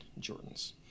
Jordans